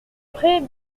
pré